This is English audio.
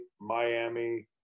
Miami